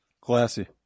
classy